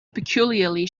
peculiarly